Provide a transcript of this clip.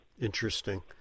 interesting